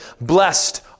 Blessed